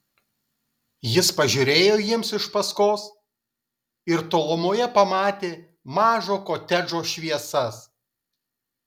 jis pažiūrėjo jiems iš paskos ir tolumoje pamatė mažo kotedžo šviesas